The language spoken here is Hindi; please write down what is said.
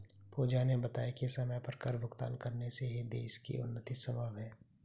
पूजा ने बताया कि समय पर कर भुगतान करने से ही देश की उन्नति संभव है